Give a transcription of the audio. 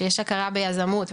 שיש הכרה ביזמות וחדשנות,